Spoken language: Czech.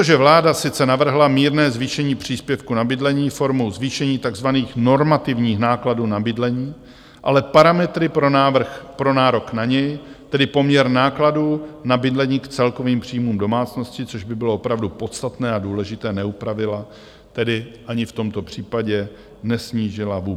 Protože vláda sice navrhla mírné zvýšení příspěvku na bydlení formou zvýšení takzvaných normativních nákladů na bydlení, ale parametry pro nárok na něj, tedy poměr nákladů na bydlení k celkovým příjmům domácnosti, což by bylo opravdu podstatné a důležité, neupravila, tedy ani v tomto případě nesnížila vůbec.